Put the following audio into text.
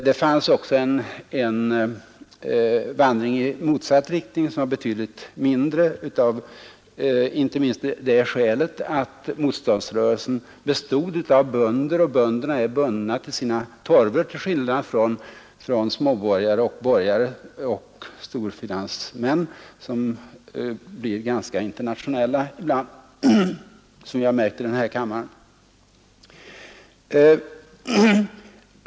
Det fanns också en vandring i motsatt riktning, även om den var betydligt mindre, inte minst av det skälet att motståndsrörelsen bestod av bönder. Och bönder är bundna vid sina torvor till skillnad från småborgare, borgare och storfinansmän som blir ganska internationella ibland, vilket vi märkt i denna kammare.